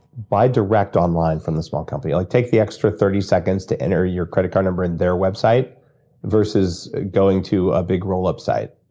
buy direct online from the small company like take the extra thirty seconds to enter your credit card number in their website versus going to a big roll up site,